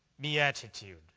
beatitude